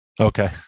Okay